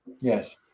Yes